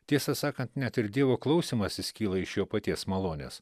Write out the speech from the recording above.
tiesą sakant net ir dievo klausymasis kyla iš jo paties malonės